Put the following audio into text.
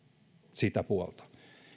sitä puolta